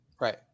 Right